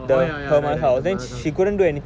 oh ya ya right the mother's house